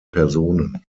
personen